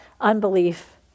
unbelief